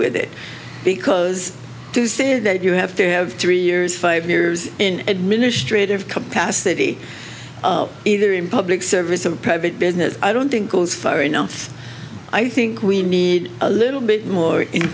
with it big as to say that you have to have three years five years in administrative capacity either in public service a private business i don't think goes far enough i think we need a little bit more in